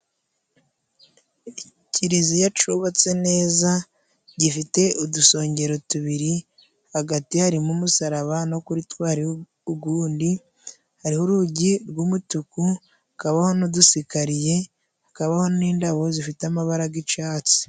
Ikiliziya cubatse neza gifite udusongero tubiri: hagati harimo umusaraba no kuritwo hariho ugundi, hariho urugi rw'umutuku, kabaho n'udusigakariye, hakabaho n'indabo zifite amabara gicatsi.